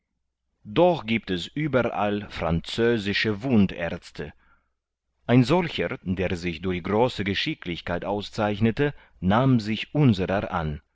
doch giebt es überall französische wundärzte ein solcher der sich durch große geschicklichkeit auszeichnete nahm sich unserer an